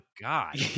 God